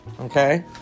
Okay